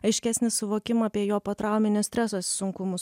aiškesnį suvokimą apie jo potrauminio streso sunkumus